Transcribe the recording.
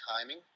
timing